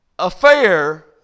affair